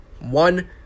one